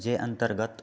जे अन्तर्गत